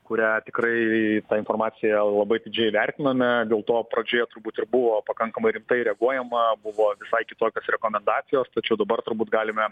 kurią tikrai tą informaciją labai atidžiai vertinome dėl to pradžioje turbūt ir buvo pakankamai rimtai reaguojama buvo visai kitokios rekomendacijos tačiau dabar turbūt galime